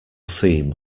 seem